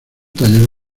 talleres